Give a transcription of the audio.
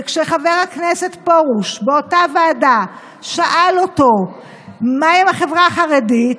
כשחבר כנסת פרוש באותה ועדה שאל אותו מה עם החברה החרדית,